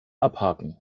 abhaken